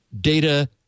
data